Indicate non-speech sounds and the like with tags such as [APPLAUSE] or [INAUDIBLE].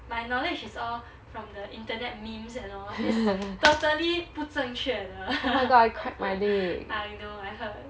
my knowledge is all from the internet memes and all it's totally 不正确的 [LAUGHS] I know I heard